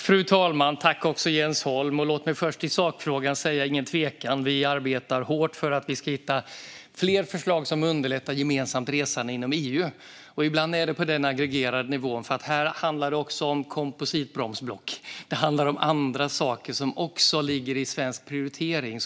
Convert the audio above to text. Fru talman! Låt mig först till sakfrågan säga att det inte är någon tvekan. Vi arbetar hårt för att vi ska hitta fler förslag som underlättar gemensamt resande inom EU. Ibland är det på den aggregerade nivån. Här handlar det också om kompositbromsblock. Det handlar om andra saker som också ligger i svensk prioritering.